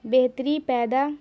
بہتری پیدا